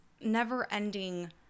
never-ending